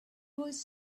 was